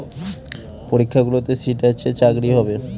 পরীক্ষাগুলোতে সিট আছে চাকরি হবে